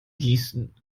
gießen